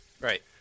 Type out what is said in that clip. Right